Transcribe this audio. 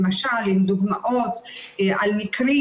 למשל עם דוגמאות על מקרים,